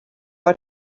are